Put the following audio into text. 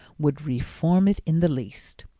would reform it in the least!